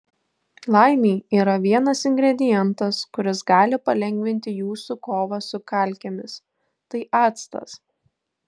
laimei yra vienas ingredientas kuris gali palengvinti jūsų kovą su kalkėmis tai actas